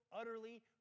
utterly